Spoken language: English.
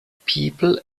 people